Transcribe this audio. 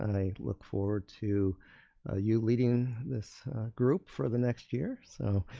i look forward to you leading this group for the next year. so,